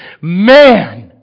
man